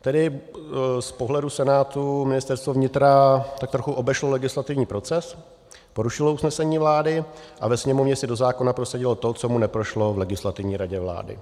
Tedy z pohledu Senátu Ministerstvo vnitra tak trochu obešlo legislativní proces, porušilo usnesení vlády a ve Sněmovně si do zákona prosadilo to, co mu neprošlo v Legislativní radě vlády.